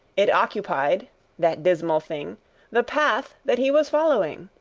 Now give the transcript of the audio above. it occupied that dismal thing the path that he was following.